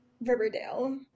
Riverdale